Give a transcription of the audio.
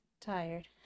Tired